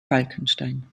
falkenstein